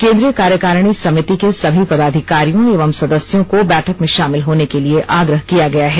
केन्द्रीय कार्यकारिणी समिति के सभी पदाधिकारियों एवं सदस्यों को बैठक में शामिल होने के लिए आग्रह किया गया है